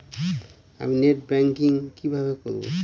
আমি net banking কিভাবে করব?